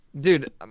Dude